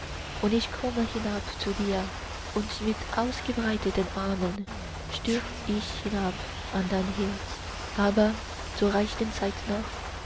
und ich komme hinab zu dir und mit ausgebreiteten armen stürz ich hinab an dein herz aber zur rechten zeit noch